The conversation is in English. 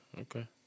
Okay